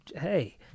hey